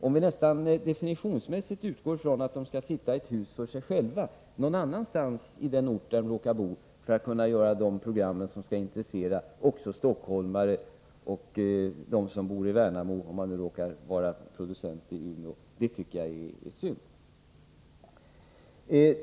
Om vi nästan definitionsmässigt utgår från att de skall sitta i ett hus för sig själva, någonstans på den ort där de råkar bo, för att kunna göra de program som skall intressera även dem som bor i t.ex. Stockholm eller Värnamo — om man nu råkar vara producent i Umeå — tycker jag att det är synd.